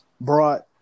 brought